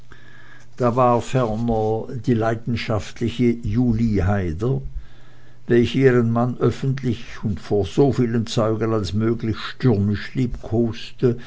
da war ferner die leidenschaftliche julie haider welche ihren mann öffentlich und vor so vielen zeugen als möglich stürmisch